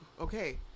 okay